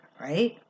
right